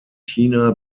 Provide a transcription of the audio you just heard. china